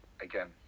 again